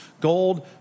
gold